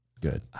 Good